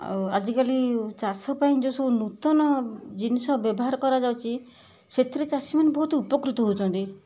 ଆଉ ଆଜିକାଲି ଚାଷ ପାଇଁ ଯେଉଁ ସବୁ ନୂତନ ଜିନିଷ ବ୍ୟବହାର କରାଯାଉଛି ସେଥିରେ ଚାଷୀମାନେ ବହୁତ ଉପକୃତ ହେଉଛନ୍ତି